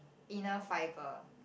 inner fibre